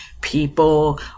people